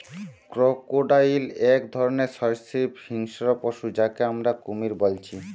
crocodile এক ধরণের সরীসৃপ হিংস্র পশু যাকে আমরা কুমির বলছি